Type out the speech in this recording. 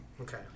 Okay